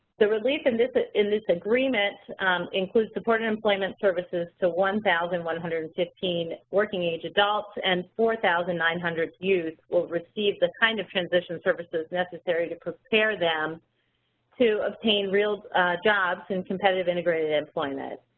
the relief in this ah in this agreement includes support and employment services so one thousand one hundred and fifteen working-age adults, and four thousand nine hundred youth will receive the kind of transition services necessary to prepare them to obtain real jobs in competitive integrated employment.